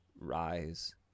rise